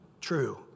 true